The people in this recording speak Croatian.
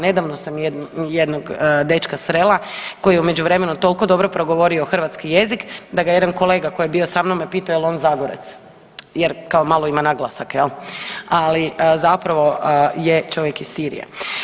Nedavno sam jednog dečka srela koji je u međuvremenu toliko dobro progovorio hrvatski jezik da ga je jedan kolega koji je bio samom me pita jel on Zagorec jer kao malo ima naglasak jel, ali zapravo je čovjek iz Sirije.